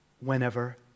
whenever